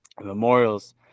memorials